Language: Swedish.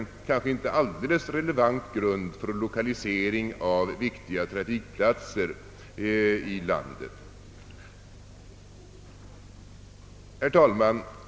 Detta är en icke helt relevant grund för lokalisering av viktiga trafikplatser i landet. Herr talman!